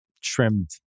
trimmed